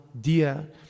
dear